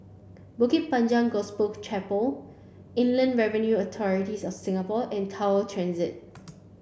Bukit Panjang Gospel Chapel Inland Revenue Authorities of Singapore and Tower Transit